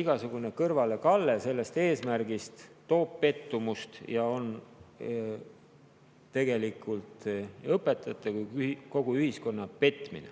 Igasugune kõrvalekalle sellest eesmärgist toob pettumust ja on tegelikult nii õpetajate kui ka kogu ühiskonna petmine.